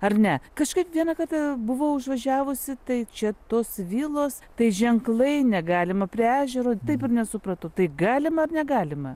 ar ne kažkaip vieną kartą buvau užvažiavusi tai čia tos vilos tai ženklai negalima prie ežero taip ir nesupratau tai galima ar negalima